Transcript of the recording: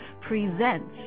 presents